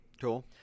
Cool